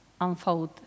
unfold